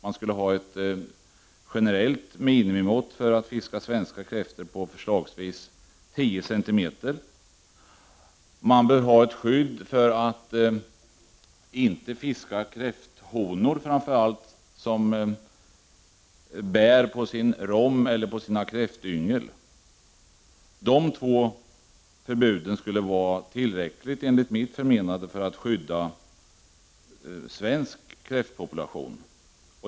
Man skulle ha ett generellt minimimått för de kräftor som får fiskas på förslagsvis 10 centimeter. Man bör ha ett skydd så att inte kräfthonor fiskas, framför allt sådana som bär på sin rom eller på sina kräftyngel. De två förbuden skulle vara tillräckliga enligt mitt förmenande för att skydda svensk kräftpopulation.